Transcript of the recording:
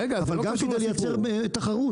אבל גם כדי לייצר תחרות,